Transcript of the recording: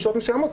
בשעות מסוימות,